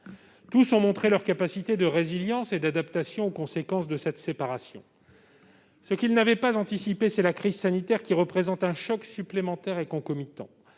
acteurs ont montré leur capacité de résilience et d'adaptation aux conséquences de cette séparation. Ce qu'ils n'avaient pas anticipé, c'est la crise sanitaire qui entraîne un choc supplémentaire et concomitant.